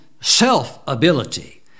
self-ability